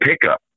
pickup